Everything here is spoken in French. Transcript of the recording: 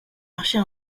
marcher